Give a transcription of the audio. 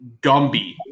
Gumby